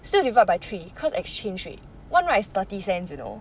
still divide by three cause exchange rate one ride is thirty cents you know